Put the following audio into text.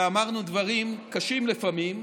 ואמרנו דברים קשים לפעמים,